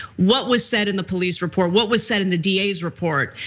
what was said in the police report, what was said in the da's report?